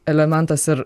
elementas ir